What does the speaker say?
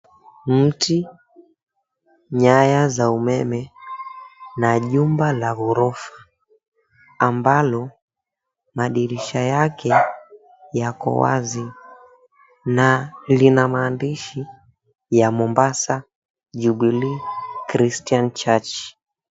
Mti, nyaya za umeme na jumba la ghorofa ambalo madirisha yake yako wazi na lina maandishi ya Mombasa Jubilee Christian Church.